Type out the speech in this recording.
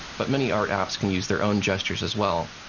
but many art apps can use their own gestures as well.